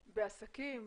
בעסקים,